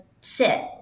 sit